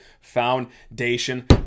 foundation